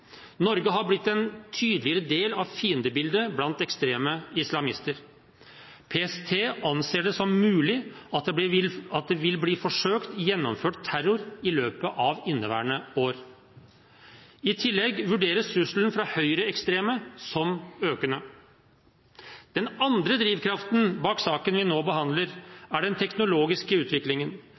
Norge har blitt en tydeligere del av fiendebildet blant ekstreme islamister. PST anser det som mulig at det vil bli forsøkt gjennomført terror i løpet av inneværende år. I tillegg vurderes trusselen fra høyreekstreme som økende. Den andre drivkraften bak saken vi nå behandler, er den teknologiske utviklingen.